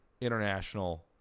international